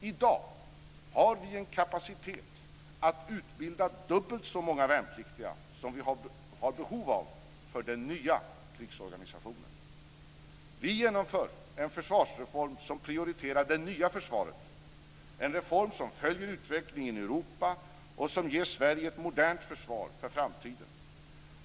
I dag har vi en kapacitet att utbilda dubbelt så många värnpliktiga som vi har behov av för den nya krigsorganisationen. Vi genomför en försvarsreform som prioriterar det nya försvaret. Det är en reform som följer utvecklingen i Europa och som ger Sverige ett modernt försvar för framtiden.